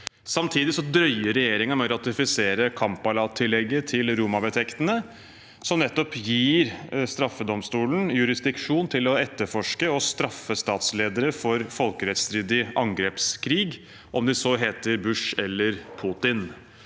Samtidig drøyer regjeringen med å ratifisere Kampala-tillegget til Roma-vedtektene, som nettopp gir straffedomstolen jurisdiksjon til å etterforske og straffe statsledere for folkerettsstridig angrepskrig – om de så heter Bush eller Putin.